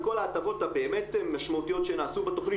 וכל ההטבות הבאמת משמעותיות שנעשו בתכנית,